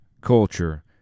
culture